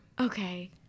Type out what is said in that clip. Okay